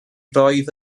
roedd